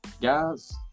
guys